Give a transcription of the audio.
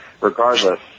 regardless